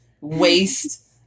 waste